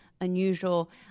unusual